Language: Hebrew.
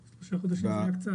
ברפורמה.